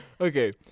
Okay